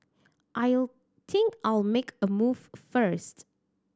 I'll think I'll make a move first